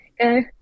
go